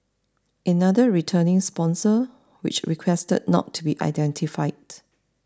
another returning sponsor which requested not to be identified